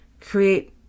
create